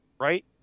right